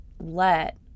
let